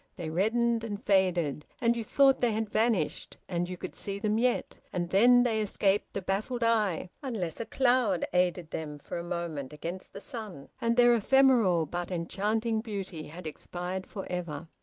they reddened and faded, and you thought they had vanished, and you could see them yet, and then they escaped the baffled eye, unless a cloud aided them for a moment against the sun and their ephemeral but enchanting beauty had expired for ever.